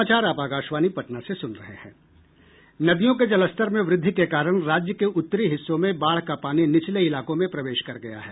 नदियों के जलस्तर में वृद्धि के कारण राज्य के उत्तरी हिस्सों में बाढ़ का पानी निचले इलाकों में प्रवेश कर गया है